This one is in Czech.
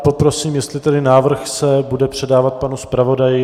Poprosím, jestli tedy návrh se bude předávat panu zpravodaji?